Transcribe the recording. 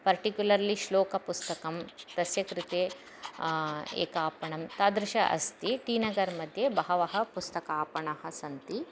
particularly श्लोकपुस्तकं तस्य कृते एकम् आपणं तादृशम् अस्ति टी नगर्मध्ये बहवः पुस्तकापणाः सन्ति